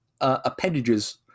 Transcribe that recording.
appendages